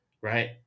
right